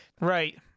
Right